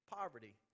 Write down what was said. poverty